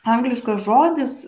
angliškas žodis